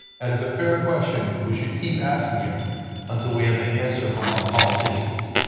and is a fair question, we should keep asking it until we have the answer from our politicians.